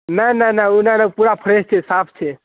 नहि नहि नहि ओहिना नहि पूरा फ्रेश छै साफ छै